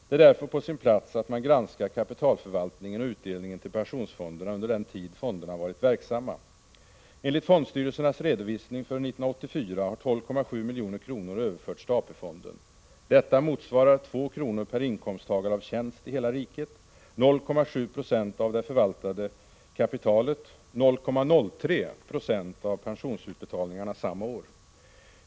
Det är därför på sin plats att man granskar kapitalförvaltningen och utdelningen till pensionsfonderna under den tid löntagarfonderna varit verksamma. Enligt fondstyrelsernas redovisning för år 1984 har 12,7 milj.kr. överförts till AP-fonden. Detta motsvarar: 2 kr. per inkomsttagare av tjänst i hela riket, 0,7 70 av det förvaltade kapitalet eller 0,03 20 av pensionsutbetalningarna samma år.